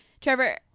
Trevor